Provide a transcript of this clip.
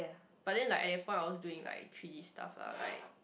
but then like I've found doing like three-D stuff lah like